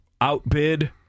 outbid